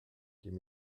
give